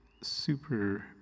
super